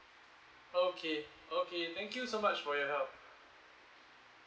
okay okay thank you so much for your help